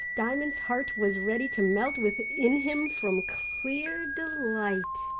diamond's heart was ready to melt within him from clear delight.